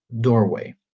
doorway